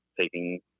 taking